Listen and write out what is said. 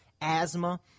asthma